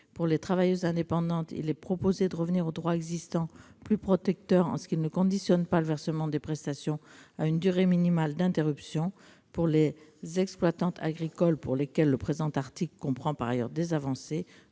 Pour les travailleuses indépendantes, il est proposé de revenir au droit existant, plus protecteur en ce qu'il ne conditionne pas le versement des prestations à une durée minimale d'interruption d'activité. Pour les exploitantes agricoles, pour lesquelles le présent article comprend par ailleurs des avancées,